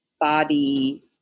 body